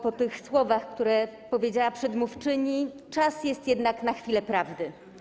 Po tych słowach, które powiedziała przedmówczyni, czas jest jednak na chwilę prawdy.